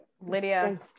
Lydia